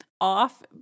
off